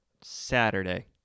Saturday